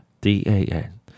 D-A-N